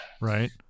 right